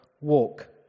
Walk